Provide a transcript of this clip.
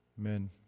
Amen